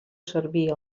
servir